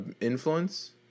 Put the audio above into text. influence